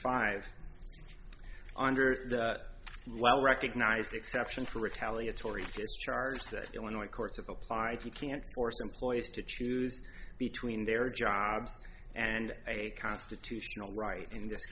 five under the well recognized exception for retaliatory charge that illinois courts of applied you can't force employers to choose between their jobs and a constitutional right in this